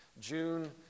June